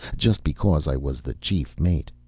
just because i was the chief mate.